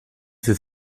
für